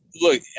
look